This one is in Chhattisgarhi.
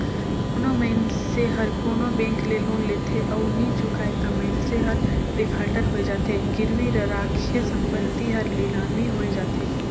कोनो मइनसे हर कोनो बेंक ले लोन लेथे अउ नी चुकाय ता मइनसे हर डिफाल्टर होए जाथे, गिरवी रराखे संपत्ति हर लिलामी होए जाथे